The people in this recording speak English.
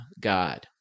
God